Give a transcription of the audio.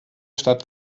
stadt